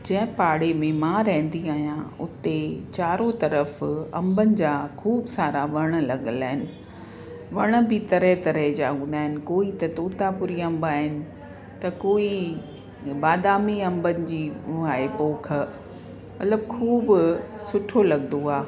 जंहिं पाड़े में मां रहंदी आहियां उते चारो तरफ अंबन जा खूब सारा वण लॻियल आहिनि वण बि तरह तरह जा हूंदा आहिनि कोई त तोता पूरी अंब आहिनि त कोई बादामी अंब जी हो आहे ओख मतिलब खूब सुठो लॻंदो आहे